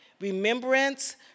remembrance